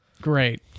Great